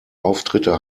auftritte